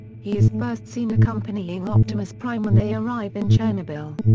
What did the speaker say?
he is first seen accompanying optimus prime when they arrive in chernobyl.